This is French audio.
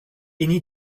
aîné